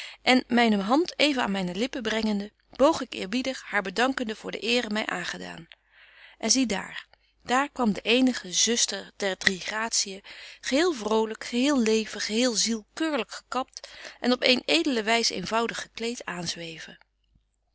en myne hand even aan myne lippen brengende boog ik eerbiedig haar bedankende voor de eere my aangedaan en zie daar daar kwam de eige zuster der drie gratiën geheel vrolyk geheel leven geheel ziel keurlyk gekapt en op eene edele wys eenvoudig gekleet